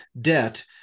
debt